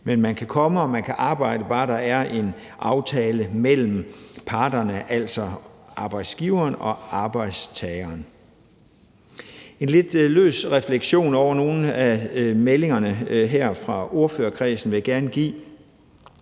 Men man kan komme, og man kan arbejde, bare der er en aftale mellem parterne, altså arbejdsgiveren og arbejdstageren. En lidt løs refleksion over nogle af meldingerne her fra ordførerkredsen vil jeg gerne give.